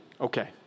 Okay